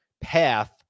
path